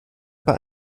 über